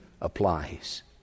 applies